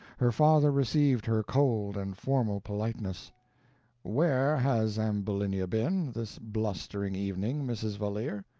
her father received her cold and formal politeness where has ambulinia been, this blustering evening, mrs. valeer?